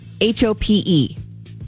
H-O-P-E